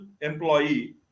employee